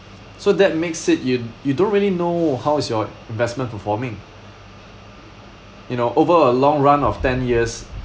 so that makes it you you don't really know how is your investment performing you know over a long run of ten years